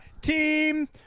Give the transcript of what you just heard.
team